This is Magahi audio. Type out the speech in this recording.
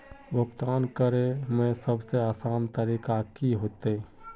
भुगतान करे में सबसे आसान तरीका की होते?